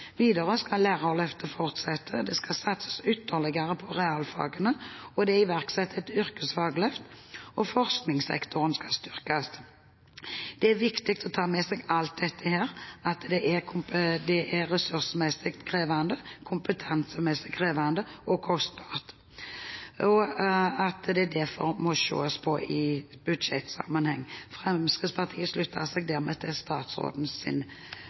Videre skal lærerløftet fortsette, det skal satses ytterligere på realfagene, det er iverksatt et yrkesfagløft, og forskningssektoren skal styrkes. Det er viktig å ta med seg at alt dette er ressursmessig krevende, kompetansemessig krevende og kostbart, og at det derfor må ses på i budsjettsammenheng. Fremskrittspartiet slutter seg dermed til statsrådens